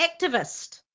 Activist